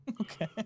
Okay